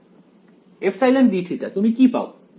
ε dθ তুমি কি পাও